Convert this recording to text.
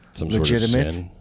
legitimate